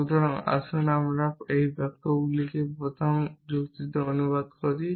সুতরাং আসুন আমরা প্রথমে এই বাক্যগুলিকে প্রথম যুক্তিতে অনুবাদ করি